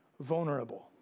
vulnerable